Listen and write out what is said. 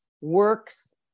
works